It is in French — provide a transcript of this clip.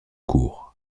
cour